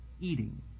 eating